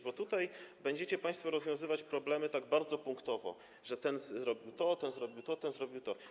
Bo będziecie państwo rozwiązywać problemy tak bardzo punktowo, że ten zrobił to, ten zrobił to, ten zrobił to.